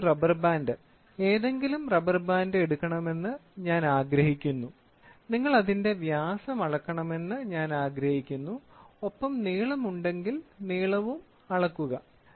നിങ്ങൾ ഒരു rubber band ഏതെങ്കിലും റബ്ബർ ബാൻഡ് എടുക്കണമെന്ന് ഞാൻ ആഗ്രഹിക്കുന്നു നിങ്ങൾ അതിന്റെ വ്യാസം അളക്കണമെന്ന് ഞാൻ ആഗ്രഹിക്കുന്നു ഒപ്പം നീളമുണ്ടെങ്കിൽ നീളവും അളക്കുക